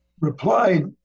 replied